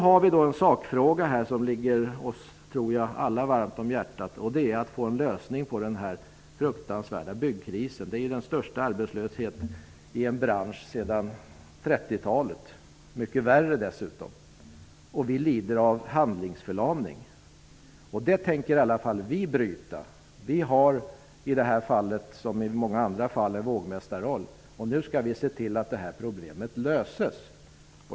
Det finns en sakfråga som jag tror ligger oss alla varmt om hjärtat. Det gäller att få en lösning på den fruktansvärda byggkrisen. I byggbranschen har man den största arbetslösheten i en bransch sedan 30-talet och dessutom mycket värre. Vi lider av handlingsförlamning. Det tänker åtminstone vi i Ny demokrati bryta. Vi har i det här fallet, liksom i många andra fall, en vågmästarroll. Nu skall vi se till att problemet löses.